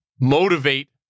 motivate